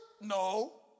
No